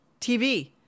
TV